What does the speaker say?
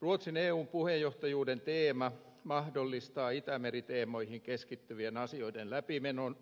ruotsin eun puheenjohtajuuden teema mahdollistaa itämeri teemoihin keskittyvien asioiden läpimenon